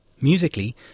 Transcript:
Musically